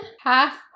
half